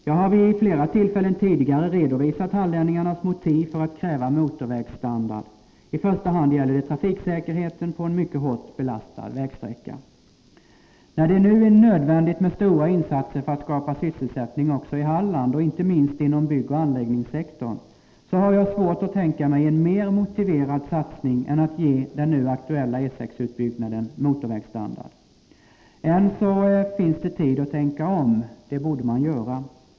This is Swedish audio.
Jag har vid flera tillfällen tidigare redovisat hallänningarnas motiv för att kräva motorvägsstandard. I första hand gäller det trafiksäkerheten på en mycket hårt belastad vägsträcka. När det nu är nödvändigt med stora insatser för att skapa sysselsättning också i Halland och inte minst inom byggoch anläggningssektorn, har jag svårt att tänka mig en mer motiverad satsning än att ge den nu aktuella E 6-utbyggnaden motorvägsstandard. Än finns det tid att tänka om. Det borde man göra.